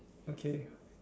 okay